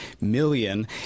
million